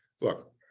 Look